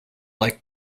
like